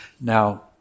Now